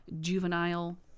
juvenile